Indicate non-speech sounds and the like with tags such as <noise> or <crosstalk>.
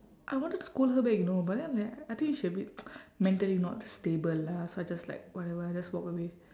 I wanted to scold her back you know but then like I think she a bit <noise> mentally not stable lah so I just like whatever I just walk away